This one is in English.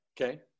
Okay